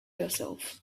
yourself